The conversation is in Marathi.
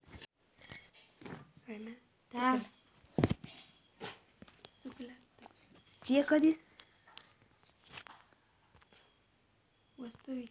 वस्तु विकत घेता येतत पण सेवा नाय विकत घेऊ शकणव